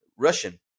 Russian